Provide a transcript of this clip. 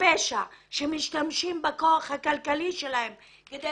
הפשע שמשתמשות בכוח הכלכלי שלהן כדי